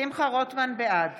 בעד